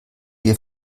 wir